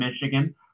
Michigan